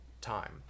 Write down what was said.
time